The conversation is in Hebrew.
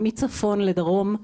מצפון עד דרום.